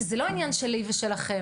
זה לא עניין שלי ושלכם,